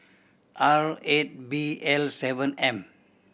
R eight B L seven M